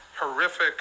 horrific